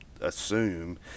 assume